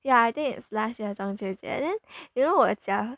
ya I think it's last year 中秋节 then you know 我家